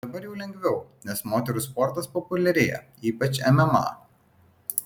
dabar jau lengviau nes moterų sportas populiarėja ypač mma